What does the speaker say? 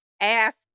ask